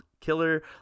killer